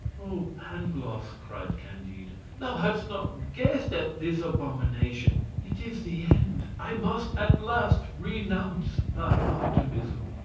oh, pangloss! cried candide, thou hadst not guessed at this abomination it is the end. i must at last renounce thy optimism.